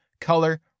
color